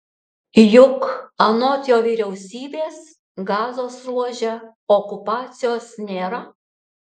juk anot jo vyriausybės gazos ruože okupacijos nėra